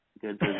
Good